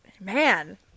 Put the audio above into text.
Man